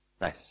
Nice